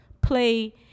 play